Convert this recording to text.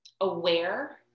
aware